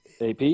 AP